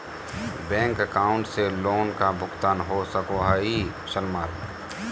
Bank account से loan का भुगतान हो सको हई?